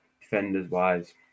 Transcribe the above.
defenders-wise